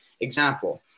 example